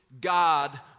God